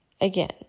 again